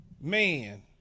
Man